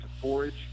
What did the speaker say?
forage